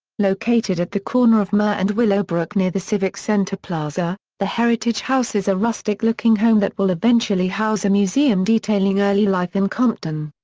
located at the corner of myrrh and willowbrook near the civic center plaza, the heritage house is a rustic-looking home that will eventually house a museum detailing early life in compton.